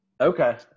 okay